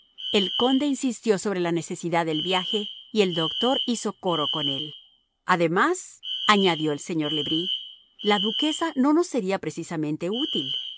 el conde insistió sobre la necesidad del viaje y el doctor hizo coro con él además añadió el señor le bris la duquesa no nos sería precisamente útil